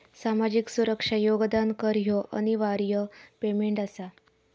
सामाजिक सुरक्षा योगदान कर ह्यो अनिवार्य पेमेंट आसा